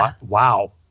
wow